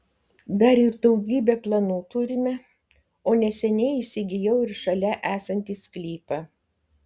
dar ir daugybę planų turime o neseniai įsigijau ir šalia esantį sklypą